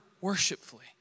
worshipfully